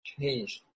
changed